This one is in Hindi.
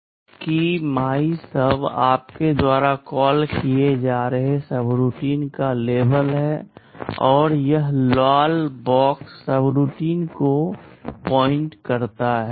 मान लें कि MYSUB आपके द्वारा कॉल किए जा रहे सबरूटीन का लेबल है और यह लाल बॉक्स सबरूटीन को इंगित करता है